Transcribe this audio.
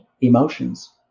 emotions